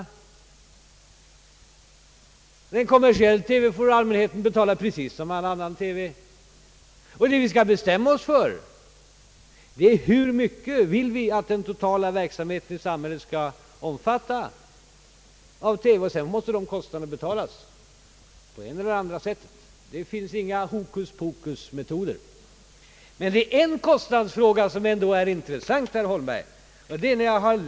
För en kommersiell TV får allmänheten betala precis som för all annan TV, och det vi skall bestämma oss för är hur mycket vi vill att den totala TV-verksamheten skall omfatta. Sedan måste kostnaderna betalas på det ena eller andra sättet. Det finns inga hokuspokusmetoder. Men det är en kostnadsfråga som ändå är intressant, herr Holmberg.